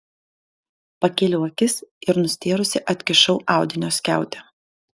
pakėliau akis ir nustėrusi atkišau audinio skiautę